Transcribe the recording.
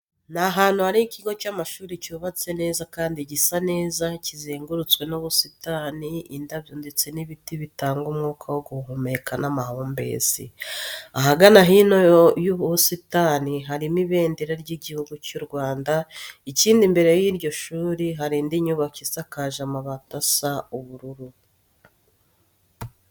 Ni ahantu hari ikigo cy'amashuri cyubatse neza kandi gisa neza, kizengurutswe n'ubusitani, indabyo ndetse n'ibiti bitanga umwuka wo guhumeka n'amahumbezi. Ahagana hino mu busitani harimo Ibendera ry'Iguhugu cy'u Rwanda, ikindi imbere y'iryo shuri hari indi nyubako isakaje amabati asa ubururu.